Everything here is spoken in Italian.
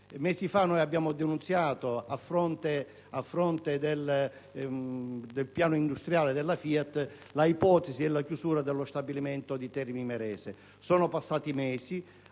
Mesi fa abbiamo denunciato, a fronte del piano industriale della FIAT, l'ipotesi della chiusura dello stabilimento di Termini Imerese. Sono passati mesi